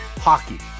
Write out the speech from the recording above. hockey